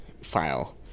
file